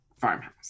farmhouse